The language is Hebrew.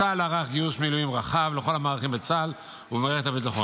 צה"ל ערך גיוס מילואים רחב לכל המערכים בצה"ל ובמערכת הביטחון.